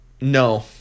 No